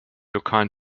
lokalen